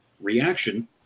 reaction